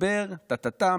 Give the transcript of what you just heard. מדבר טה-טה-טה,